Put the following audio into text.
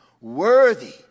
Worthy